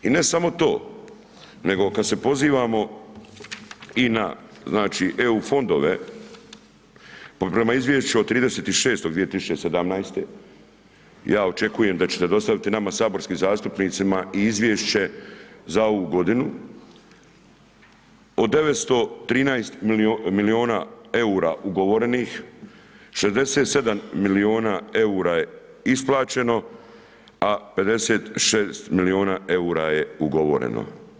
I ne samo to, nego kada se pozivamo i na EU fondove, prema izvješću od 30.6.2017. ja očekujem da ćete dostaviti nama, saborskim zastupnicima i izvješće za ovu godinu od 913 miliona EUR-a ugovorenih, 67 miliona EUR-a je isplaćeno, a 56 miliona EUR-a je ugovoreno.